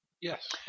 Yes